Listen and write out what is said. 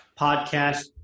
podcast